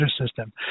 system